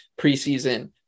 preseason